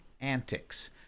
antics